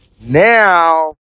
Now